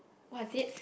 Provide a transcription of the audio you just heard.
what is this